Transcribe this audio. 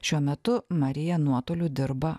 šiuo metu marija nuotoliu dirba